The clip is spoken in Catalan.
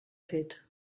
fet